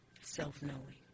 Self-knowing